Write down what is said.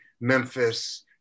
Memphis